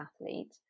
athlete